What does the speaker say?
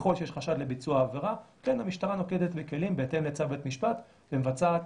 ככל שיש חשד לביצוע עבירה המשטרה נוקטת בכלים בהתאם לצו בית משפט ומבצעת